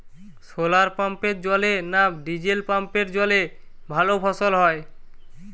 শোলার পাম্পের জলে না ডিজেল পাম্পের জলে ভালো ফসল হয়?